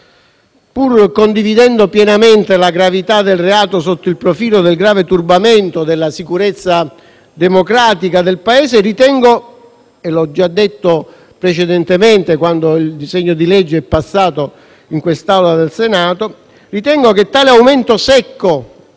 Pur condividendo pienamente la gravità del reato sotto il profilo del grave turbamento della sicurezza democratica del Paese, ritengo - e l'ho già detto precedentemente, quando il disegno di legge è passato in quest'Aula del Senato - che tale aumento secco